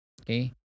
Okay